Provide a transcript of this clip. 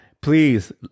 please